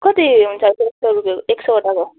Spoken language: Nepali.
कति हुन्छ एक सौ रुपियाँको एक सौवटाको